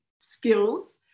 skills